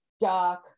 dark